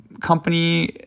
company